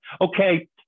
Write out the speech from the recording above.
Okay